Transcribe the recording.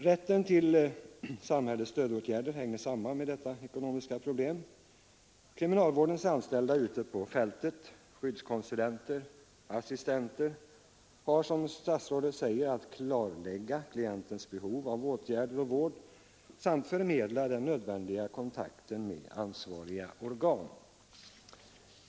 Rätten till samhällets stödåtgärder hänger samman med detta ekonomiska problem. Kriminalvårdens anställda ute på fältet — skyddskonsulenter och assistenter — har som statsrådet säger att klarlägga klientens behov av åtgärder och vård samt förmedla den nödvändiga kontakten med ansvariga organ.